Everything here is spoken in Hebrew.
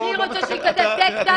מה שאתה אומר, לא עולה בקנה